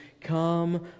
Come